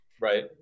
Right